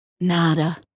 Nada